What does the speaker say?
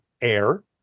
air